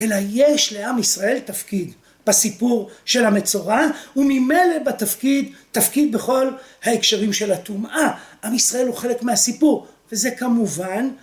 אלא יש לעם ישראל תפקיד בסיפור של המצורע וממילא בתפקיד תפקיד בכל ההקשרים של הטומאה. עם ישראל הוא חלק מהסיפור וזה כמובן